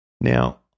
Now